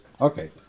Okay